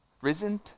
Risen